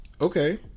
okay